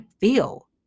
feel